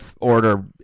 order